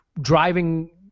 driving